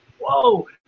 whoa